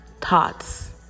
Thoughts